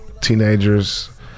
teenagers